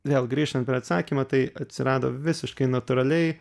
vėl grįžtant prie atsakymo tai atsirado visiškai natūraliai